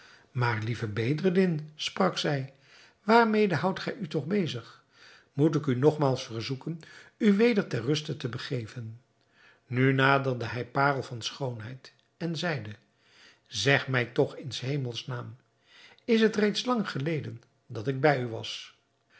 maar lieve bedreddin sprak zij waarmede houdt gij u toch bezig moet ik u nogmaals verzoeken u weder ter ruste te begeven nu naderde hij parel van schoonheid en zeide zeg mij toch in s hemels naam is het reeds lang geleden dat ik bij u was